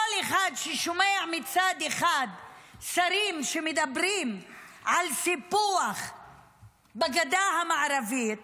כל אחד ששומע מצד אחד שרים שמדברים על סיפוח בגדה המערבית